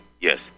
Yes